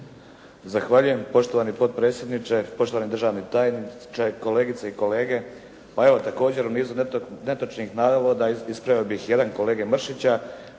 Zahvaljujem. Poštovani potpredsjedniče, poštovani državni tajniče, kolegice i kolege. Pa evo također u nizu netočnih navoda ispravio bih jedan kolege Mršića